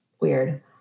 Weird